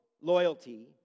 loyalty